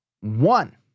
one